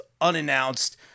unannounced